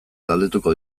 galdetuko